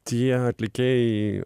tie atlikėjai